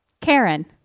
Karen